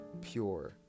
pure